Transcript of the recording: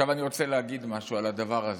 אני רוצה להגיד משהו על הדבר הזה.